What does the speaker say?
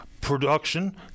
production